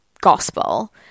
gospel